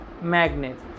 magnet